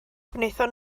gwnaethon